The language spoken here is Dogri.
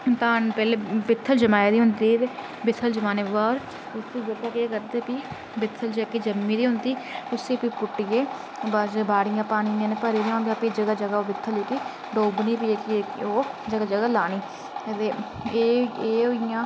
धान पैह्लैं बित्थर जमाई दी होंदी ते बित्थल जमाने दे बाद उसी केह् करदे फ्ही बिच्छर जेह्की जम्मी दी होंदी उसी पुट्टियै बाड़ियां पानियै नै भरी दियां होंदियां फ्ही जगाह् जगाह् जेह्की डोबनी ओह् जगहें जगहें लानी ते एह् होइयां